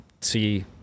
see